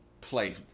play